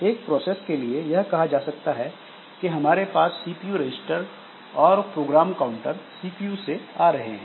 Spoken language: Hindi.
एक प्रोसेस के लिए यह कहा जा सकता है कि हमारे पास सीपीयू रजिस्टर और प्रोग्राम काउंटर सीपीयू से आ रहे हैं